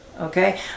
Okay